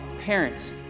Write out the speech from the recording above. parents